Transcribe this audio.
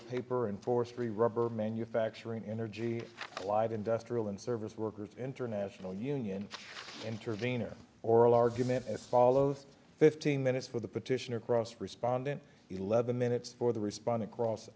paper and forestry rubber manufacturing energy allied industrial and service workers international union intervenor oral argument as follows fifteen minutes for the petitioner cross respondent eleven minutes for the respondent pro